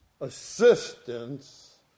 assistance